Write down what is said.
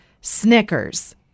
Snickers